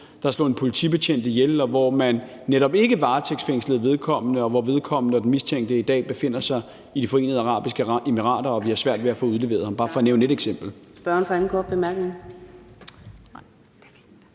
der slog en politibetjent ihjel, og hvor man netop ikke varetægtsfængslede den mistænkte, og hvor vedkommende i dag befinder sig i De Forenede Arabiske Emirater, som vi har svært ved at få udleveret ham fra. Det er bare for at nævne ét eksempel.